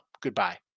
Goodbye